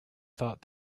thought